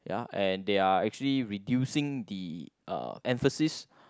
uh and they are actually reducing the uh emphasis